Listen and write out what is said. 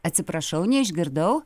atsiprašau neišgirdau